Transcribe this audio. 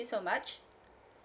you so much